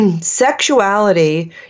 sexuality